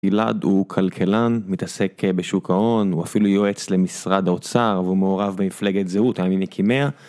גלעד הוא כלכלן, מתעסק בשוק ההון, הוא אפילו יועץ למשרד האוצר והוא מעורב במפלגת זהות, היה ממקימייה.